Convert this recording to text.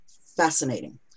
fascinating